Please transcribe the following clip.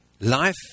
life